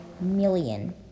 million